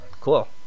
Cool